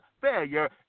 failure